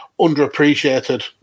underappreciated